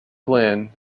glen